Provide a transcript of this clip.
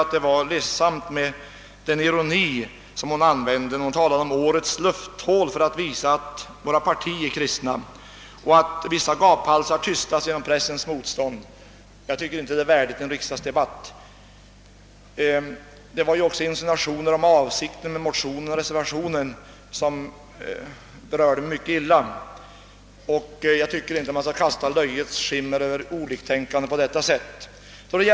Jag blev ledsen över att höra den ironi som hon använde, när hon talade om »årets lufthål», som visar att våra partier är kristna, och när hon sade att vissa gaphalsar tystats genom pressens motstånd. Jag tycker inte det är värdigt att använda sådana argument i en riksdagsdebatt. Fru Eriksson gjorde också en del insinuationer om avsikten med motionen och reservationen, Även det berörde mig mycket illa. Jag tycker inte man skall kasta ett löjets skimmer över oliktänkande på det sättet.